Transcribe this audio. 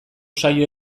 saio